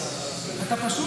אתה פשוט,